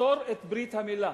לאסור את ברית המילה.